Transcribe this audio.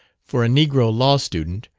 for a negro law-student,